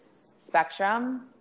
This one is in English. spectrum